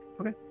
okay